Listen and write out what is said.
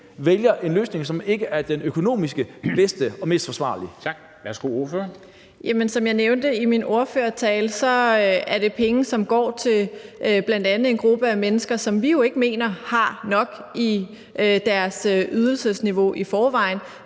Værsgo, ordføreren. Kl. 10:55 Samira Nawa (RV): Jamen som jeg nævnte i min ordførertale, er det penge, som går til bl.a. en gruppe af mennesker, som vi jo ikke mener har nok i deres ydelsesniveau i forvejen.